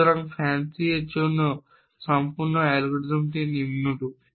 সুতরাং FANCI এর জন্য সম্পূর্ণ অ্যালগরিদমটি নিম্নরূপ